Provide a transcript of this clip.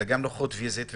גם נוכחות פיזית,